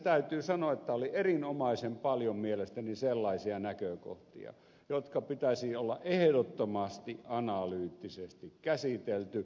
täytyy sanoa että niissä oli erinomaisen paljon mielestäni sellaisia näkökohtia joiden pitäisi olla ehdottomasti analyyttisesti käsiteltyjä